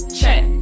check